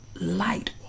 light